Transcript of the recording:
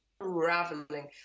unraveling